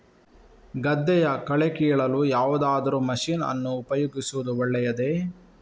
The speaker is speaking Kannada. ಗದ್ದೆಯ ಕಳೆ ಕೀಳಲು ಯಾವುದಾದರೂ ಮಷೀನ್ ಅನ್ನು ಉಪಯೋಗಿಸುವುದು ಒಳ್ಳೆಯದೇ?